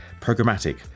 programmatic